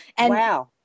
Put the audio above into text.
Wow